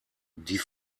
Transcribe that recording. die